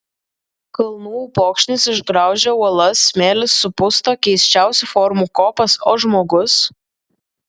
kalnų upokšnis išgraužia uolas smėlis supusto keisčiausių formų kopas o žmogus